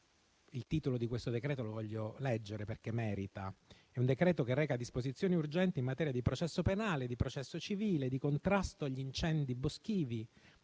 il titolo del decreto-legge perché merita; esso reca disposizioni urgenti in materia di processo penale, di processo civile, di contrasto agli incendi boschivi,